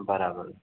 बराबरि